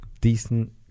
decent